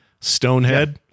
Stonehead